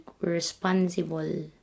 responsible